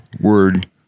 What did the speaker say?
word